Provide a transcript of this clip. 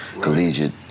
collegiate